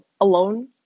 alone